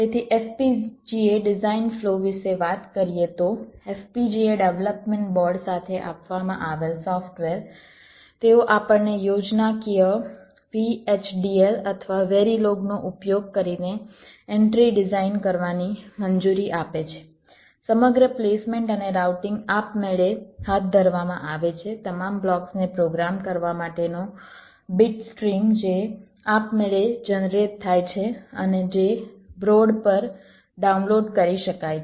તેથી FPGA design flow વિશે વાત કરીએ તો FPGA ડેવલપમેન્ટ બોર્ડ સાથે આપવામાં આવેલ સોફ્ટવેર તેઓ આપણને યોજનાકીય VHDL અથવા વેરિલોગ નો ઉપયોગ કરીને એન્ટ્રી ડિઝાઇન કરવાની મંજૂરી આપે છે સમગ્ર પ્લેસમેન્ટ અને રાઉટિંગ આપમેળે હાથ ધરવામાં આવે છે તમામ બ્લોક્સને પ્રોગ્રામ કરવા માટેનો બીટ સ્ટ્રીમ જે આપમેળે જનરેટ થાય છે અને જે બ્રોડ પર ડાઉનલોડ કરી શકાય છે